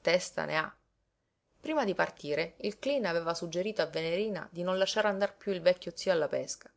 testa ne ha prima di partire il cleen aveva suggerito a venerina di non lasciar andar piú il vecchio zio alla pesca